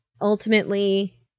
Ultimately